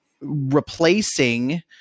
replacing